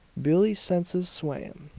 billie's senses swam.